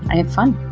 i had fun